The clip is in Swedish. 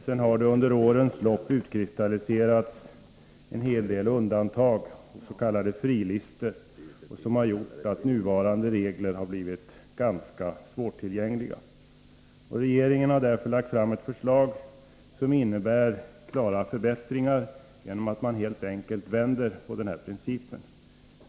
Sedan har det under årens lopp utkristalliserats en hel del undantag, s.k. frilistor, som har gjort att nuvarande regler har blivit ganska svårtillgängliga. Regeringen har därför lagt fram ett förslag som innebär klara förbättringar genom att man helt enkelt vänder på den här principen.